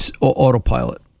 autopilot